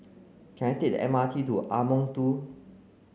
can I take the M R T to Ardmore two